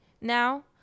now